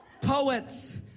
Poets